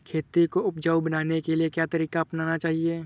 खेती को उपजाऊ बनाने के लिए क्या तरीका अपनाना चाहिए?